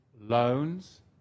loans